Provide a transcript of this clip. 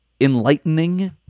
enlightening